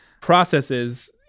processes